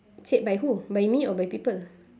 said by who by me or by people